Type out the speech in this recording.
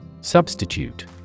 Substitute